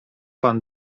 pan